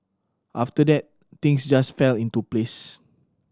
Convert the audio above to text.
after that things just fell into place